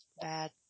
bad